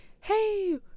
hey